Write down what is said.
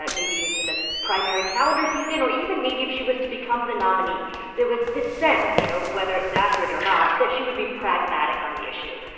ah maybe, into the primary calendar season or even maybe if she was to become the nominee there was this sense, you know whether it was accurate or not that she would be pragmatic on the issue.